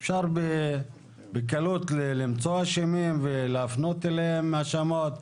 אפשר בקלות למצוא אשמים ולהפנות אליהם האשמות.